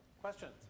Questions